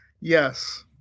Yes